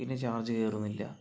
പിന്നെ ചാർജ് കേറുന്നില്ല